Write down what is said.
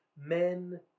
men